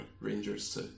Rangers